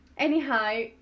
Anyhow